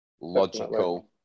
logical